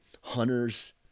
hunters